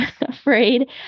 afraid